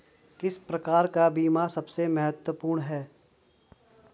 किस प्रकार का बीमा सबसे महत्वपूर्ण है?